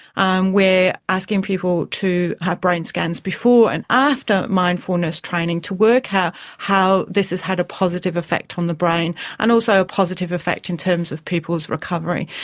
um we're asking people to have brain scans before and after mindfulness training, to work out how this has had a positive effect on the brain and also a positive effect in terms of people's recovery.